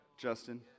Justin